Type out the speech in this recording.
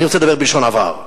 אני רוצה לדבר בלשון עבר.